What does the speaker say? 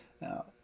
Now